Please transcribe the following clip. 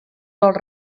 dels